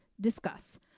discuss